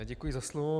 Děkuji za slovo.